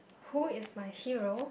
who is my hero